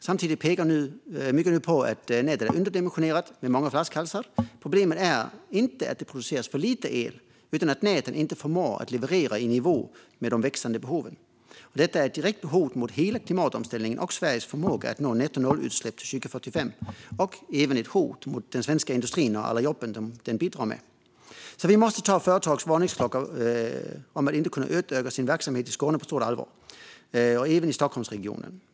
Samtidigt pekar mycket nu på att nätet är underdimensionerat med många flaskhalsar. Problemet är inte att det produceras för lite el utan att näten inte förmår leverera i nivå med de växande behoven. Detta är ett direkt hot mot hela klimatomställningen och Sveriges förmåga att nå nettonollutsläpp till 2045. Det är även ett hot mot den svenska industrin och alla jobb den bidrar med. Vi måste ta företags varningsklockor om att inte kunna utöka sin verksamhet i Skåne på stort allvar. Det gäller även Stockholmsregionen.